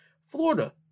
Florida